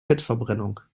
fettverbrennung